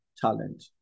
talent